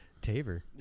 Taver